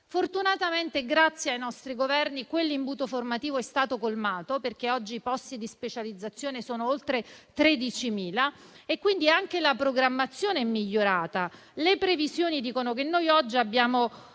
Fortunatamente, grazie ai nostri Governi, quell'imbuto formativo è stato colmato, perché oggi i posti di specializzazione sono oltre 13.000 e, quindi, anche la programmazione è migliorata. Le previsioni dicono che oggi abbiamo